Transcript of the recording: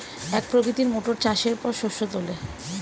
এক প্রকৃতির মোটর চাষের পর শস্য তোলে